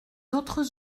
autres